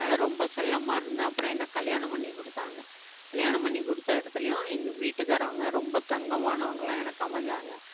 அதனால் ரொம்ப செல்லமாக இருந்தேன் அப்பறம் என்னை கல்யாணம் பண்ணி கொடுத்தாங்க கல்யாணம் பண்ணி கொடுத்த இடத்துலியும் எங்கள் வீட்டுக்காரங்க ரொம்ப தங்கமானவங்களாக எனக்கு அமைஞ்சாங்க